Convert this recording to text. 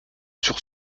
sur